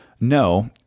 No